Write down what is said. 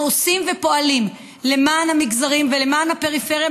אנחנו עושים ופועלים למען המגזרים ולמען הפריפריה,